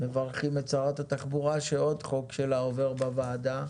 מברכים את שרת התחבורה שעוד חוק שלה עובר בוועדה,